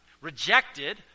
rejected